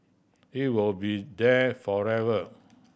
it will be there forever